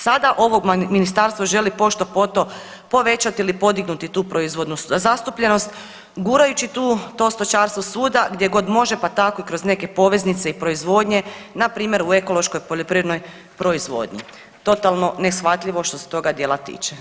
Sada ovo Ministarstvo želi pošto poto povećati ili podignuti tu proizvodnu zastupljenost, gurajući tu, to stočarstvo svuda, gdje god može, pa tako i kroz neke poveznice i proizvodnje, npr. u ekološkoj poljoprivrednoj proizvodnji, totalno neshvatljivo što se toga dijela tiče.